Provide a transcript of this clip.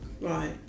right